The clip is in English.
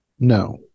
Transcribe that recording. No